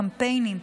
קמפיינים,